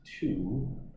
two